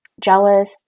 jealous